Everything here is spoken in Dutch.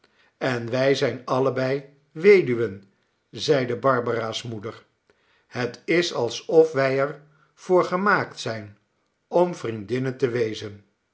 en wij zijn allebei weduwen zeide barbara's moeder het is alsof wij er voor gemaakt zijn om vriendinnen te wezen